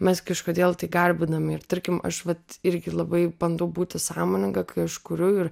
mes kažkodėl tai garbinam ir tarkim aš vat irgi labai bandau būti sąmoninga kai aš kuriu ir